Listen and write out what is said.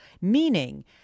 Meaning